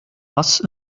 was